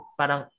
parang